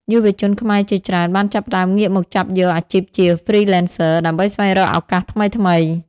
យុវជនខ្មែរជាច្រើនបានចាប់ផ្តើមងាកមកចាប់យកអាជីពជា Freelancer ដើម្បីស្វែងរកឱកាសថ្មីៗ។